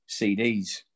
CDs